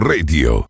Radio